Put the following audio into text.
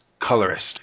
colorist